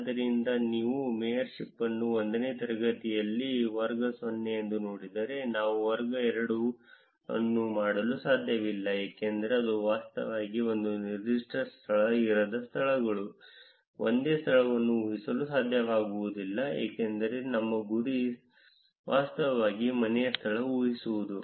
ಆದ್ದರಿಂದ ನೀವು ಮೇಯರ್ಶಿಪ್ ಅನ್ನು 1 ನೇ ತರಗತಿಯಲ್ಲಿ ವರ್ಗ 0 ಎಂದು ನೋಡಿದರೆ ನಾವು ವರ್ಗ 2 ಅನ್ನು ಮಾಡಲು ಸಾಧ್ಯವಿಲ್ಲ ಏಕೆಂದರೆ ಇದು ವಾಸ್ತವವಾಗಿ ಒಂದು ನಿರ್ದಿಷ್ಟ ಸ್ಥಳ ಇರದ ಸ್ಥಳಗಳು ಒಂದೇ ಸ್ಥಳವನ್ನು ಊಹಿಸಲು ಸಾಧ್ಯವಿಲ್ಲ ಏಕೆಂದರೆ ನಮ್ಮ ಗುರಿ ವಾಸ್ತವವಾಗಿ ಮನೆಯ ಸ್ಥಳ ಊಹಿಸುವುದು